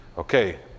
Okay